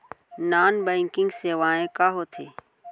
non banking सेवाएं का होथे